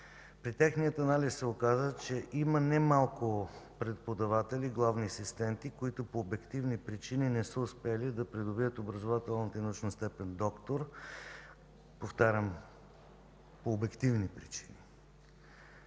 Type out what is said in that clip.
При анализа се оказа, че има немалко преподаватели – главни асистенти, които по обективни причини не са успели да придобият образователна и научна степен „доктор”, повтарям, по обективни причини.